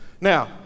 now